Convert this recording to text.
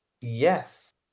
Yes